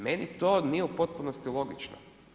Meni to nije u potpunosti logično.